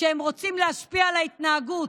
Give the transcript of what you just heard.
שהם רוצים להשפיע על ההתנהגות.